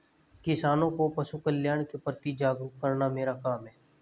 किसानों को पशुकल्याण के प्रति जागरूक करना मेरा काम है